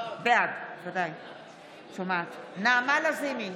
בעד נעמה לזימי,